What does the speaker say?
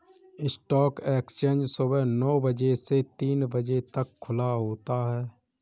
stock exchange सुबह नो बजे से तीन बजे तक खुला होता है